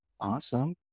Awesome